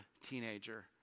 teenager